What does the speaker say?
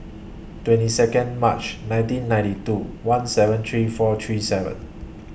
twenty Second March nineteen ninety two one seven three four three seven